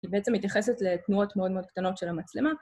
היא בעצם מתייחסת לתנועות מאוד מאוד קטנות של המצלמה.